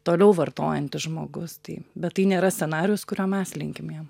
toliau vartojantis žmogus tai bet tai nėra scenarijus kurio mes linkim jam